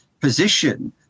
position